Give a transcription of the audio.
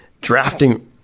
drafting